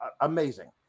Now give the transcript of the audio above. amazing